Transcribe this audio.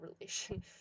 relation